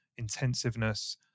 intensiveness